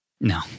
No